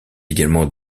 également